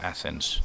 Athens